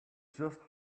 just